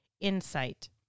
insight